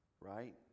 right